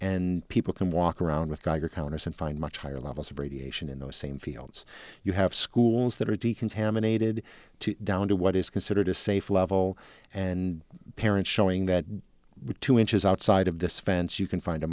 and people can walk around with geiger counters and find much higher levels of radiation in those same fields you have schools that are decontaminated down to what is considered a safe level and parents showing that two inches outside of this fence you can find a